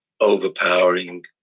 overpowering